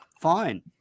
fine